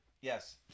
Yes